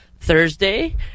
Thursday